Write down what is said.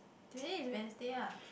today is Wednesday lah